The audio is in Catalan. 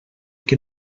que